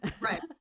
right